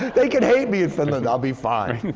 they could hate me in finland, i'll be fine.